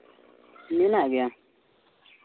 ᱢᱮᱱᱟᱜ ᱜᱮᱭᱟ